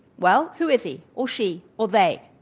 well, who is he or she or they?